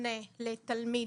מפנה לתלמיד.